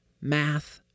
math